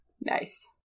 Nice